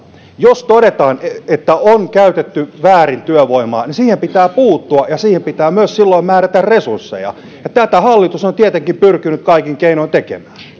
jos todetaan että on käytetty väärin työvoimaa niin siihen pitää puuttua ja siihen pitää silloin myös määrätä resursseja ja tätä hallitus on tietenkin pyrkinyt kaikin keinoin tekemään